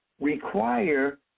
Require